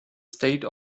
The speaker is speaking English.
state